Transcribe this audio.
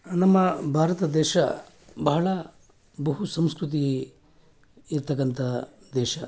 ನಮ್ಮ ಭಾರತ ದೇಶ ಬಹಳ ಬಹು ಸಂಸ್ಕೃತಿ ಇರ್ತಕ್ಕಂಥ ದೇಶ